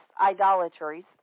idolatries